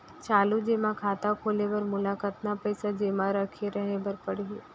चालू जेमा खाता खोले बर मोला कतना पइसा जेमा रखे रहे बर पड़ही?